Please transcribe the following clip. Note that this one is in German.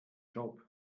job